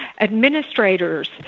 administrators